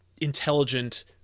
intelligent